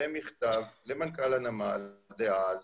במכתב למנכ"ל הנמל דאז